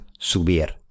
Subir